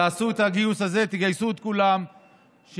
תעשו את הגיוס הזה, תגייסו את כולם שנצביע.